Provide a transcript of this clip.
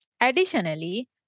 Additionally